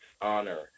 honor